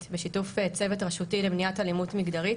בשיתוף צוות רשותי למניעת אלימות מגדרית